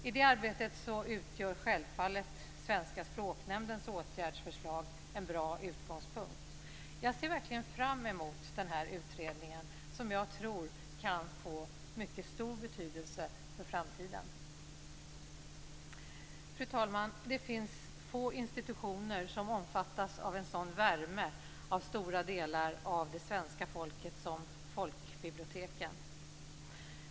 I det arbetet utgör självfallet Svenska språknämndens åtgärdsförslag en bra utgångspunkt. Jag ser verkligen fram emot utredningen, som jag tror kan få stor betydelse för framtiden. Fru talman! Det finns få institutioner som omfattas av en sådan värme av stora delar av det svenska folket som folkbiblioteken.